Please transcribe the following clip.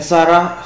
Sarah